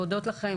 להודות לכם,